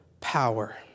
power